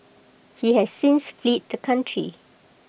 he has since fled the country